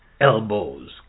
elbows